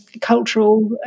cultural